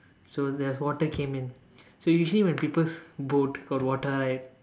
so the water came in so usually when people's boat got water right